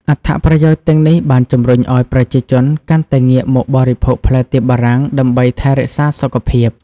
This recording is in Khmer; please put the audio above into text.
អត្ថប្រយោជន៍ទាំងនេះ បានជំរុញឱ្យប្រជាជនកាន់តែងាកមកបរិភោគផ្លែទៀបបារាំងដើម្បីថែរក្សាសុខភាព។